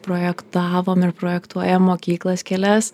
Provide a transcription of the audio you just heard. projektavom ir projektuojam mokyklas kelias